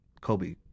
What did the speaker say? kobe